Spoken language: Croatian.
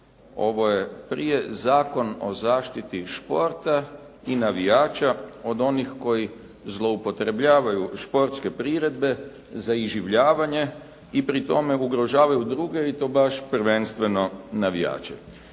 Ovo je prije zakon o zaštiti športa i navijača od onih koji zloupotrebljavaju športske priredbe za iživljavanje i pri tome ugrožavaju druge i to baš prvenstveno navijače.